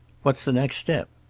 what's the next step?